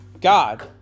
God